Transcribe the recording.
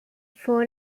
for